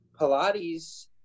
Pilates